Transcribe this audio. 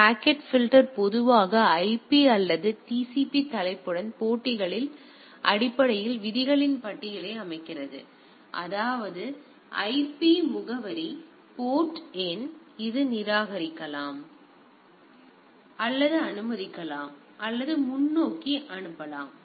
packet filter பொதுவாக IP அல்லது TCP தலைப்புடன் போட்டிகளின் அடிப்படையில் விதிகளின் பட்டியலை அமைக்கிறது அதாவது ஐபி முகவரி போர்ட் எண் எனவே இது நிராகரிக்கலாம் அல்லது அனுமதிக்கலாம் அல்லது முன்னோக்கி அனுப்பலாம்